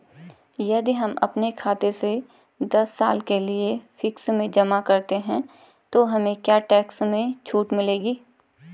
यदि हम अपने खाते से दस साल के लिए फिक्स में जमा करते हैं तो हमें क्या टैक्स में छूट मिलेगी?